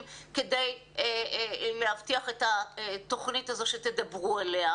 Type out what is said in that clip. כדי להבטיח את התוכנית הזאת שתדברו עליה